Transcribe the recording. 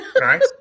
right